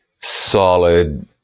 solid